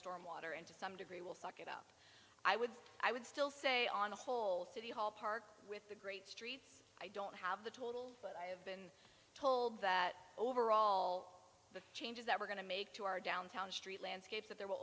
stormwater and to some degree will suck it up i would i would still say on the whole city hall park with the great streets i don't have the total but i have been told that overall the changes that we're going to make to our downtown street landscape that there will